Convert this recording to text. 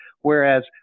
whereas